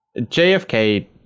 JFK